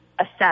assess